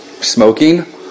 smoking